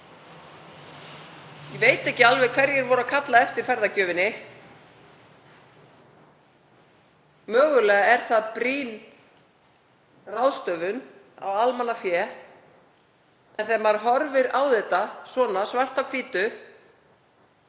Ég veit ekki alveg hverjir voru að kalla eftir ferðagjöfinni. Mögulega er það brýn ráðstöfun á almannafé en þegar maður horfir á þetta svart á hvítu,